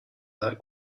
that